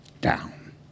down